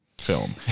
film